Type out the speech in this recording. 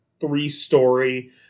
three-story